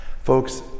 Folks